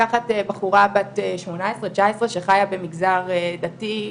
לקחת בחורה בת 18-19 שחייה במגזר דתי,